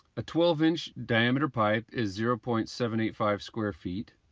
a twelve inch diameter pipe is zero point seven eight five square feet.